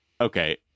Okay